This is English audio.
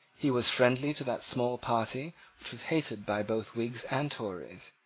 he was friendly to that small party which was hated by both whigs and tories.